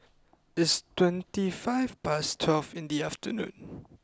its twenty five past twelve in the afternoon